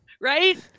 Right